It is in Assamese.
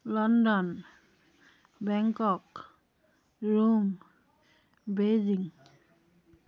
London Bangkok Rome Beijing